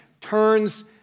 turns